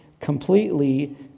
completely